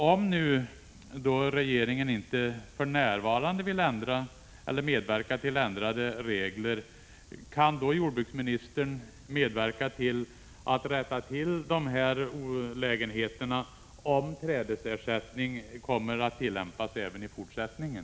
Om regeringen nu för närvarande inte vill medverka till ändrade regler, kan jordbruksministern då bidra till att dessa olägenheter rättas till, om trädesersättningen kommer att tillämpas även i fortsättningen?